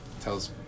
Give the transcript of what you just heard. tells